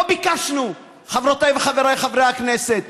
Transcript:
לא ביקשנו, חברותיי וחבריי חברי הכנסת.